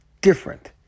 different